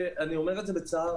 ואני אומר את זה בצער,